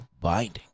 binding